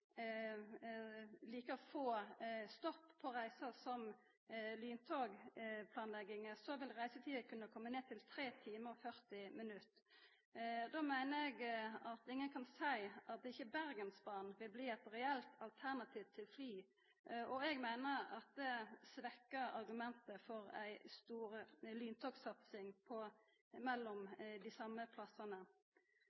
like få stopp på reisa som i lyntogplanlegginga, vil reisetida kunne komma ned til 3 timar og 40 minutt. Då meiner eg at ingen kan seia at Bergensbanen ikkje vil bli eit reelt alternativ til fly. Eg meiner at det svekkjer argumenta for ei stor satsing på lyntog mellom